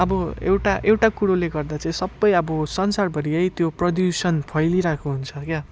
अब एउटा एउटा कुरोले गर्दा चाहिँ सबै अब संसारभरि है त्यो प्रदूषण फैलिइरहेको हुन्छ क्या